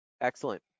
Excellent